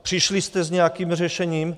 Přišli jste s nějakým řešením?